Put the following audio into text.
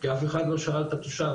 כי אף אחד לא שאל את התושב,